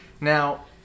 Now